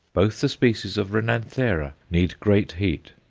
both the species of renanthera need great heat.